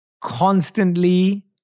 constantly